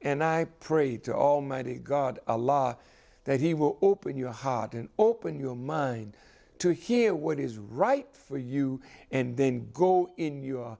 and i pray to almighty god a law that he will open your heart and open your mind to hear what is right for you and then go in your